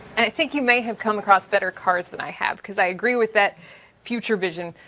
i think you may have come across better cars than i have, because i agree with that future vision,